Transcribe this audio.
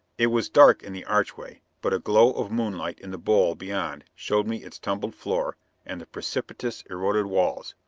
it was dark in the archway, but a glow of moonlight in the bowl beyond showed me its tumbled floor and the precipitous, eroded walls,